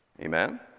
Amen